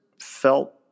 felt